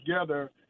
together